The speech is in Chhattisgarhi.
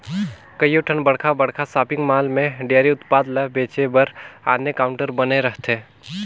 कयोठन बड़खा बड़खा सॉपिंग मॉल में डेयरी उत्पाद ल बेचे बर आने काउंटर बने रहथे